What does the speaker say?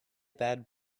bad